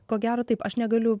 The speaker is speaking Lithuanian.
ko gero taip aš negaliu